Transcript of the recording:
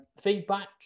feedback